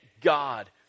God